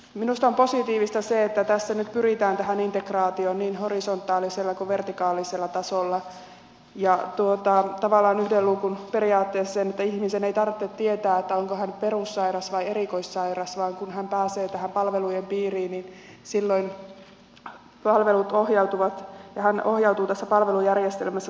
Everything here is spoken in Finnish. minusta on positiivista se että tässä nyt pyritään tähän integraatioon niin horisontaalisella kuin vertikaalisella tasolla ja tavallaan yhden luukun periaatteeseen niin että ihmisen ei tarvitse tietää onko hän perussairas vai erikoissairas vaan kun hän pääsee palveluiden piiriin niin silloin hän ohjautuu tässä palvelujärjestelmässä sen mukaisesti